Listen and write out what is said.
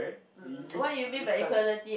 right you you can't